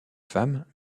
femme